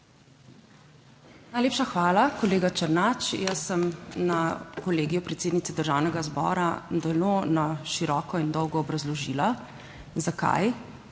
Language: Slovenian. Najlepša hvala, kolega Černač. Jaz sem na Kolegiju predsednice Državnega zbora zelo na široko in dolgo obrazložila, zakaj